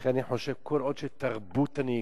לכן אני חושב, כל עוד תרבות הנהיגה